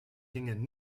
gingen